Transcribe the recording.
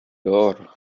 door